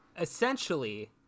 Essentially